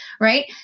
right